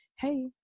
Hey